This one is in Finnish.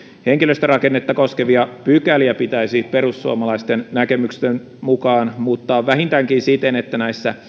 henkilöstörakennetta koskevia pykäliä pitäisi perussuomalaisten näkemyksen mukaan muuttaa vähintäänkin siten että